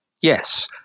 Yes